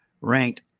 ranked